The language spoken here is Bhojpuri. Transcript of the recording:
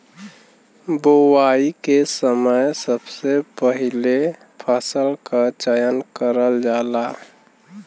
बोवाई के समय सबसे पहिले फसल क चयन करल जाला